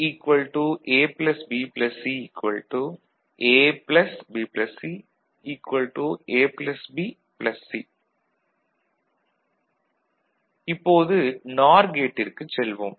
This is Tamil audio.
Y A B C A B C A B C இப்போது நார் கேட்டிற்குச் செல்வோம்